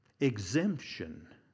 exemption